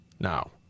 now